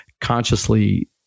consciously